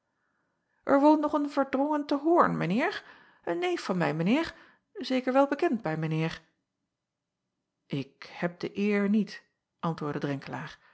r woont nog een erdrongen te oorn mijn eer een neef van mij mijn eer zeker wel bekend bij mijn eer k heb de eer niet antwoordde